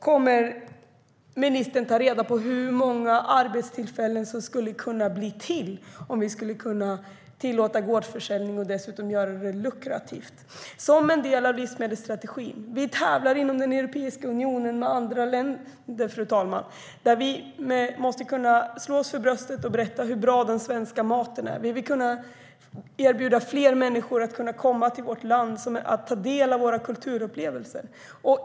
Kommer ministern att ta reda på hur många arbetstillfällen som skulle kunna bli till om vi tillåter gårdsförsäljning och dessutom gör det väldigt lukrativt som en del av livsmedelsstrategin? Fru talman! Vi tävlar inom Europeiska unionen med andra länder där vi måste kunna slå oss för bröstet och berätta hur bra den svenska maten är. Vi vill kunna erbjuda fler människor att komma till vårt land och ta del av våra kulturupplevelser.